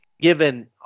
given